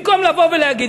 במקום לבוא ולהגיד,